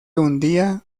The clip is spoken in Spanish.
hundía